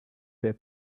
their